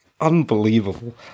Unbelievable